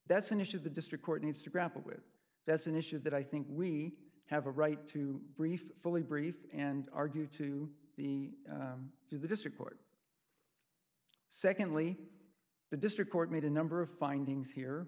that's an issue the district court needs to grapple with that's an issue that i think we have a right to brief fully brief and argue to the to the district court secondly the district court made a number of findings here